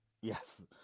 Yes